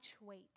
weight